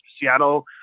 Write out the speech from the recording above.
Seattle